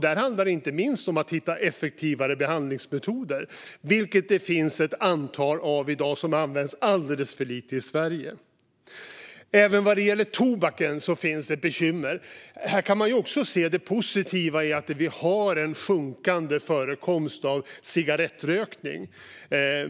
Där handlar det inte minst om att hitta effektivare behandlingsmetoder, vilket det finns ett antal av i dag som används alldeles för lite i Sverige. Även vad gäller tobaken finns ett bekymmer. Här kan man också se det positiva i att vi har en sjunkande förekomst av cigarettrökning.